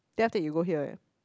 then after that you go here right